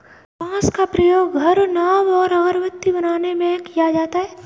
बांस का प्रयोग घर, नाव और अगरबत्ती बनाने में किया जाता है